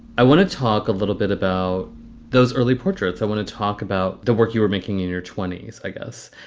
i want to talk a little bit about those early portraits. i want to talk about the work you were making in your twenty s, i guess.